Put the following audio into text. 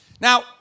Now